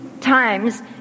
times